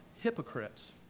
hypocrites